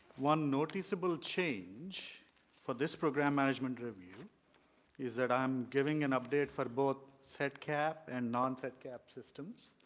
one noticeable change for this program management review is that i'm giving an update for both set cap and non-set cap systems